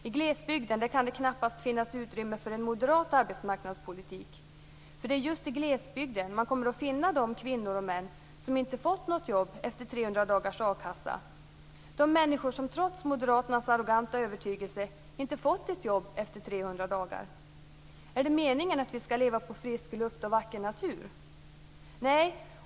I glesbygden kan det knappast finnas utrymme för en moderat arbetsmarknadspolitik. Det är just i glesbygden man kommer att finna de kvinnor och män som inte har fått något jobb efter 300 dagars a-kassa - de människor som trots Moderaterans arroganta övertygelse inte fått ett jobb efter 300 dagar. Är det meningen att vi skall leva på frisk luft och vacker natur?